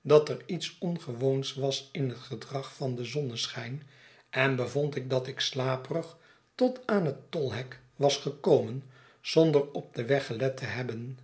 dat er iets ongewoons was in het gedrag van den zonneschijn en bevond ik dat ik slaperig tot aan het tolhek was gekomen zonder op den weg gelet te hebben